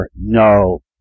no